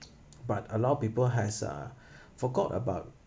but a lot of people has uh forgot about